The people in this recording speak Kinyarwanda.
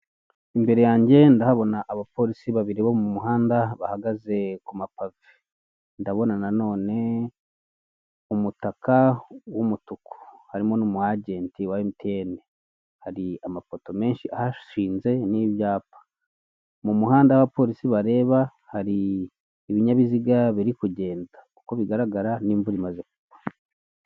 Imbere yange ndahabona abapolisi babiri bo mu muhanda, bahagaze ku mapave. Ndabona na none umutaka w'umutuku, harimo n'umu ajenti wa emutiyene. Hari amapoto menshi ahashinze, n'ibyapa. Mu muhanda aho abapolisi bareba hari ibinyabiziga birimo kugenda. Uko bigaragara n'imvura imaze kugwa.